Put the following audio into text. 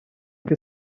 che